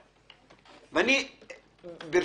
ברשותך,